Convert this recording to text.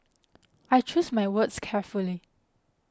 I choose my words carefully